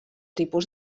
tipus